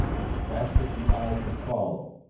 as fast as the eye could follow,